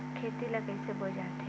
खेती ला कइसे बोय जाथे?